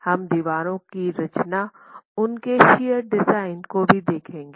हम दीवारों की रचना उनके शियर डिज़ाइन को भी देखेंगे